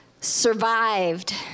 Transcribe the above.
survived